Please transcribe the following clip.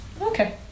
Okay